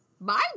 Bye